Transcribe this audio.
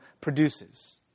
produces